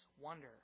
wonder